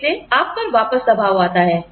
फिर से आप पर वापस दबाव आता है